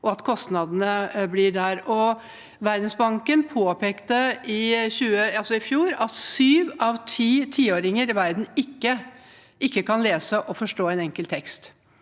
og at kostnadene blir der. Verdensbanken påpekte i fjor at sju av ti tiåringer i verden ikke kan lese og forstå en enkel tekst.